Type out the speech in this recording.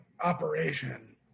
operation